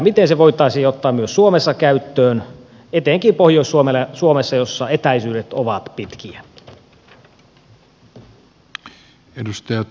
miten se voitaisiin ottaa myös suomessa käyttöön etenkin pohjois suomessa jossa etäisyydet ovat pitkiä